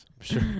Sure